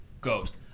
ghost